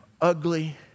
ugly